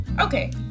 Okay